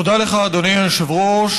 תודה לך, אדוני היושב-ראש.